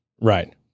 Right